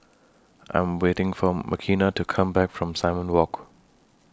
I Am waiting For Makenna to Come Back from Simon Walk